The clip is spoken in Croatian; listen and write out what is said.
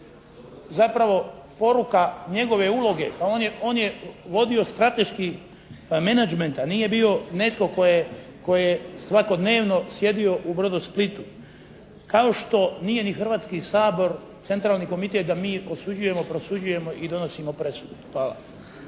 zapravo poruka njegove uloge. On je vodio strateški menadžment, a nije bio netko tko je svakodnevno sjedio u "Brodosplitu", kao što nije ni Hrvatski sabor centralni komitet da mi osuđujemo, prosuđujemo i donosimo presude. Hvala.